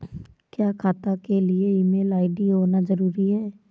क्या खाता के लिए ईमेल आई.डी होना जरूरी है?